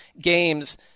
games